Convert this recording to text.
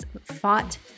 fought